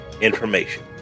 information